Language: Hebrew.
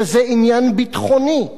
שזה "עניין ביטחוני".